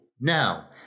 Now